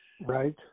Right